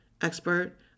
expert